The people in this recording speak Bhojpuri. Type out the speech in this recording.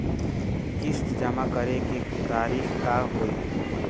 किस्त जमा करे के तारीख का होई?